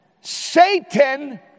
Satan